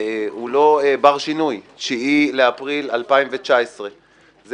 הוא לא בר שינוי 9 באפריל 2019. זה